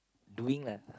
doing lah